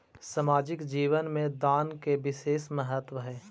सामाजिक जीवन में दान के विशेष महत्व हई